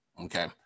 okay